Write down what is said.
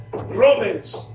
romans